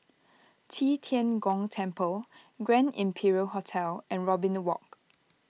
Qi Tian Gong Temple Grand Imperial Hotel and Robin Walk